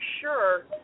sure